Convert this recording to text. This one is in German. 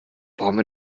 warum